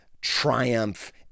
Triumph